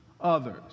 others